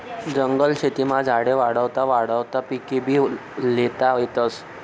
जंगल शेतीमा झाडे वाढावता वाढावता पिकेभी ल्हेता येतस